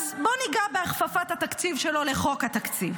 אז בואו ניגע בהכפפת התקציב שלו לחוק התקציב.